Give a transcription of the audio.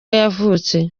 yavutse